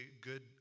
good